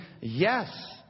yes